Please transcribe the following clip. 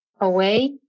away